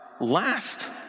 last